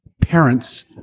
parents